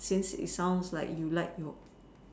since it sounds like you like your